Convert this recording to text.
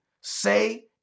Say